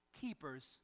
Keepers